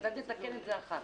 כיצד נתקן את זה אחר כך?